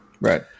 Right